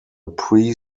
pre